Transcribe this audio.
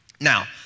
Now